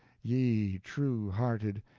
ye true-hearted,